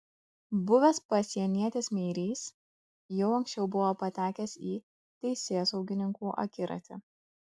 buvęs pasienietis meirys jau anksčiau buvo patekęs į teisėsaugininkų akiratį